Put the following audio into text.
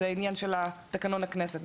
זה ענין של תקנון הכנסת.